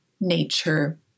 nature